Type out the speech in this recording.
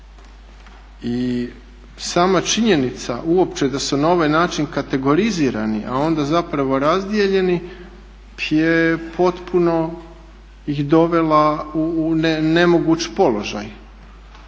I sama činjenica uopće da su na ovaj način kategorizirani a onda zapravo razdijeljeni je potpuno ih dovela u nemoguć položaj.